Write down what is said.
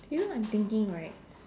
you know I'm thinking right